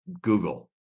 Google